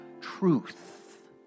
truth